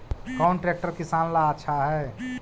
कौन ट्रैक्टर किसान ला आछा है?